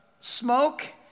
smoke